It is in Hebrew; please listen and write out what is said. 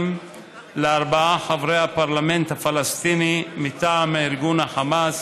לארבעה חברי הפרלמנט הפלסטיני מטעם ארגון החמאס,